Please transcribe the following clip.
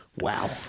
Wow